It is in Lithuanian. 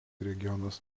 regionas